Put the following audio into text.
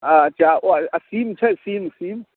अच्छा ओ आओर सीम छै सीम सीम